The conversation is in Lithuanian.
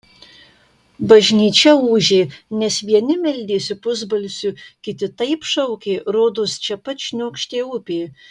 bažnyčia ūžė nes vieni meldėsi pusbalsiu kiti taip šaukė rodos čia pat šniokštė upė